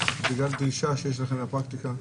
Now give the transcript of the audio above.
בגלל דרישה שיש לכם בפרקטיקה?